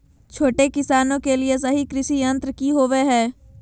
छोटे किसानों के लिए सही कृषि यंत्र कि होवय हैय?